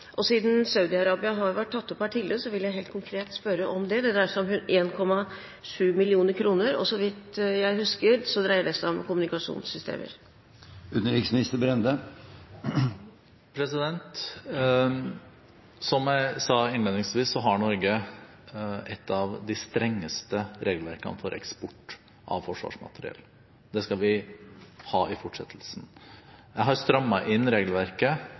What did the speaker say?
menneskerettigheter. Siden Saudi-Arabia har vært tatt opp her tidligere, vil jeg helt konkret spørre om det. Det dreier seg om 1,7 mill. kr, og så vidt jeg husker, dreier det seg om kommunikasjonssystemer. Som jeg sa innledningsvis, har Norge et av de strengeste regelverkene for eksport av forsvarsmateriell. Det skal vi ha i fortsettelsen. Jeg har strammet inn regelverket